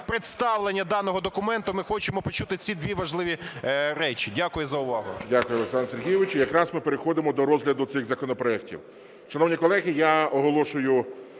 представлення даного документу ми хочемо почути ці дві важливі речі. Дякую за увагу. ГОЛОВУЮЧИЙ. Дякую, Олександр Сергійович. Якраз ми переходимо до розгляду цих законопроектів. Шановні колеги, я оголошую